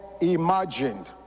imagined